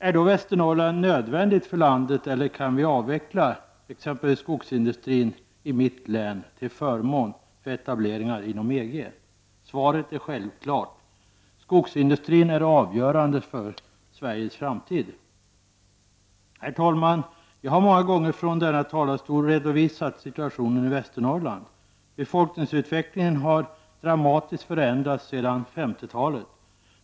Är då Västernorrland nödvändigt för landet eller kan vi avveckla skogsindustrin i ''mittlän'' till förmån för etableringar inom EG? Svaret är självklart. Skogsindustrin är avgörande för Sveriges framtid. Herr talman! Jag har många gånger från denna talarstol redovisat situationen i Västernorrland. Befolkningsutvecklingen har dramatiskt förändrats sedan 50-talet.